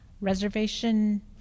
Reservation